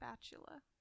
spatula